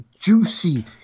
juicy